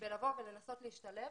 בלבוא ולנסות להשתלב,